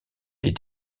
des